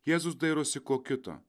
jėzus dairosi ko kito